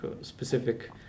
specific